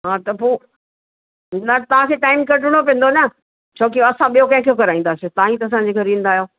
हा त पोइ न तव्हांखे टाइम कढिणो पवंदो न छो की असां ॿियो कंहिंखां कराईंदासीं तव्हां ई त असांजे घर ईंदा आहियो